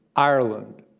ireland,